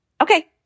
Okay